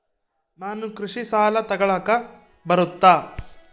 ನಾನು ಕೃಷಿ ಸಾಲ ತಗಳಕ ಬರುತ್ತಾ?